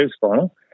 final